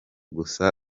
gusa